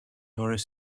ώρες